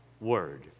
word